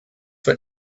what